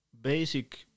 basic